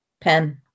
Pen